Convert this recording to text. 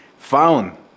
found